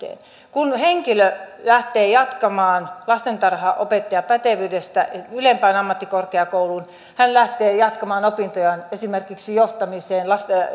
kun henkilö lähtee jatkamaan lastentarhanopettajan pätevyydestä ylempään ammattikorkeakouluun hän lähtee jatkamaan opintojaan esimerkiksi johtamiseen